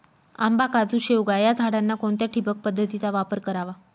आंबा, काजू, शेवगा या झाडांना कोणत्या ठिबक पद्धतीचा वापर करावा?